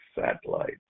satellites